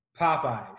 popeyes